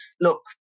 look